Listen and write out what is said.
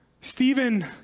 Stephen